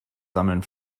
sammeln